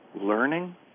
learning